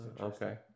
okay